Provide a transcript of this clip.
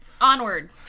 Onward